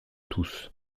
tous